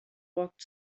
walked